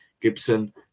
Gibson